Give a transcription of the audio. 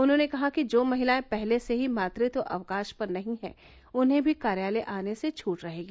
उन्होंने कहा कि जो महिलाएं पहले से ही मातृत्व अवकाश पर नहीं है उन्हें भी कार्यालय आने से छूट रहेगी